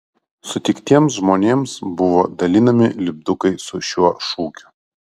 sutiktiems žmonėms buvo dalinami lipdukai su šiuo šūkiu